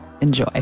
Enjoy